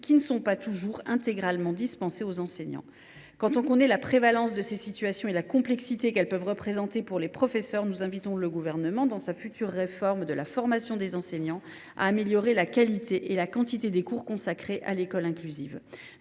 d’ailleurs pas toujours intégralement dispensées aux enseignants. Chacun connaît la prévalence de ces situations et la complexité qu’elles peuvent représenter pour les professeurs. Nous invitons donc le Gouvernement à améliorer, dans sa future réforme de la formation des enseignants, la qualité et la quantité des cours consacrés à l’école inclusive.